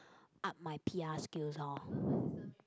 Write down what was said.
up my P_R skills hor